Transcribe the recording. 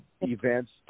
events